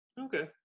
Okay